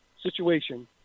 situation